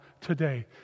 today